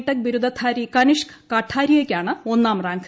tech ബിരുദധാരി കനീഷ്ക് കഠാരിയ ക്കാണ് ഒന്നാം റാങ്ക്